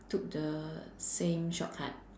took the same shortcut